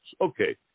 Okay